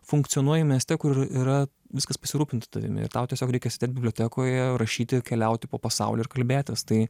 funkcionuoji mieste kur yra viskas pasirūpinta tavimi ir tau tiesiog reikia sėdėt bibliotekoje rašyti keliauti po pasaulį ir kalbėtis tai